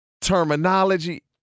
terminology